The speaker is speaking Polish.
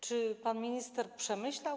Czy pan minister to przemyślał?